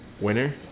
Winner